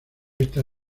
esta